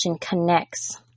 connects